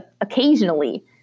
occasionally